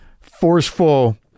forceful